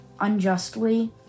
unjustly